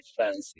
fancy